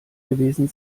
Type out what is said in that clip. gewesen